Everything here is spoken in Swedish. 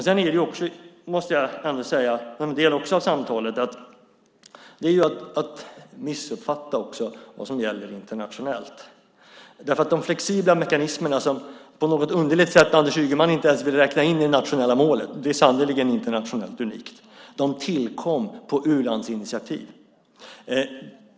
Jag måste ändå säga att det också innebär att man missuppfattar vad som gäller internationellt. De flexibla mekanismer som Anders Ygeman på något underligt sätt inte ens vill räkna in i de nationella målen är sannerligen internationellt unikt. De tillkom på u-landsinitiativ.